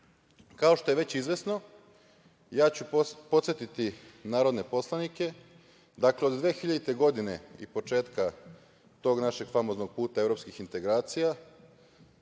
što je već izvesno, ja ću podsetiti narodne poslanike, dakle od 2000. godine i početka tog našeg famoznog puta evropskih integracija,